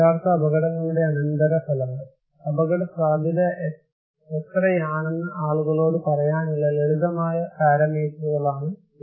യഥാർത്ഥ അപകടങ്ങളുടെ അനന്തരഫലങ്ങൾ അപകടസാധ്യത എത്രയാണെന്ന് ആളുകളോട് പറയാനുള്ള ലളിതമായ പാരാമീറ്ററുകളാണ് ഇവ